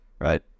right